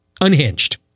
Unhinged